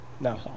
no